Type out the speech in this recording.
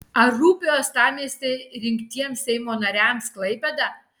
ar rūpi uostamiestyje rinktiems seimo nariams klaipėda